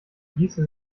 ließe